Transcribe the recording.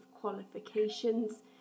qualifications